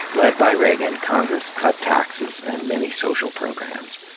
led by reagan, congress cut taxes and many social programs.